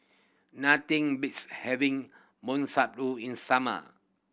nothing beats having in summer